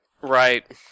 Right